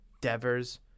Devers